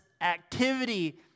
activity